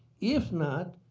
if not,